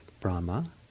Brahma